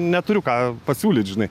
neturiu ką pasiūlyt žinai